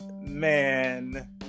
Man